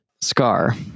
Scar